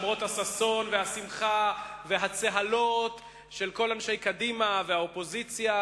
שלמרות הששון והשמחה והצהלות של כל אנשי קדימה והאופוזיציה,